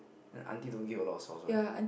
then aunty don't give a lot of sauce one